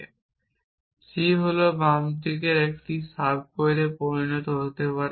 এবং c হল বাম হাতের দিকটি একটি সাবগোয়েলে পরিণত হতে পারে